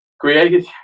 created